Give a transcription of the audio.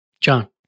John